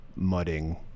mudding